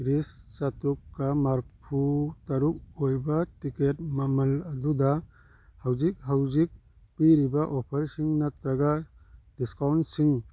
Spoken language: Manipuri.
ꯔꯤꯁ ꯆꯥꯇꯔꯨꯛꯀ ꯃꯔꯤꯐꯨꯇꯔꯨꯛ ꯑꯣꯏꯕ ꯇꯤꯛꯀꯦꯠ ꯃꯃꯜ ꯑꯗꯨꯗ ꯍꯧꯖꯤꯛ ꯍꯧꯖꯤꯛ ꯄꯤꯔꯤꯕ ꯑꯣꯐꯔꯁꯤꯡ ꯅꯠꯇ꯭ꯔꯒ ꯗꯤꯁꯀꯥꯎꯟꯁꯤꯡ